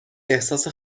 احساس